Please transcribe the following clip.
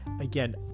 again